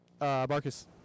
Marcus